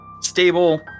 stable